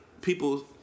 people